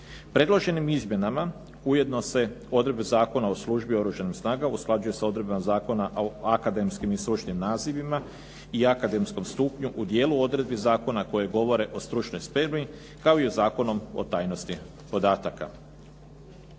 Predloženim izmjenama ujedno se odredbe Zakona o službi Oružanih snaga usklađuje sa odredbama Zakona o akademskim i stručnim nazivima i akademskom stupnju i dijelu odredbi zakona koji govore o stručnoj spremi, kao i Zakonom o tajnosti podataka.